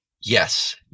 Yes